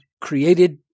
created